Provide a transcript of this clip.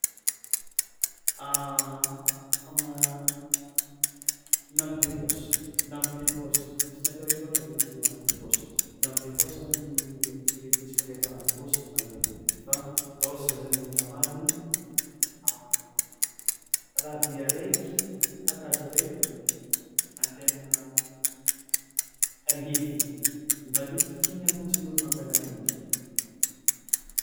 Fagna- lampe de poche lampe de poche misy ny atao hoe torche de misy de lampe de poche, lampe de poche zany le eritreretintsika le atao agnaty paosy de mandeha igny fa torche zany tegna marigny rahabe araiky kakazo araiky de andianagna arehetigny de matetiky igny ampiasain'ôlo mangala mendry.